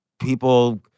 people